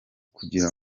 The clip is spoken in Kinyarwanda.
kugira